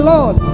Lord